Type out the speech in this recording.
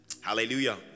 Hallelujah